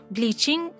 Bleaching